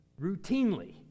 routinely